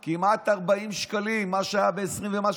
הצעת חוק כבילת עצורים ואסירים שלא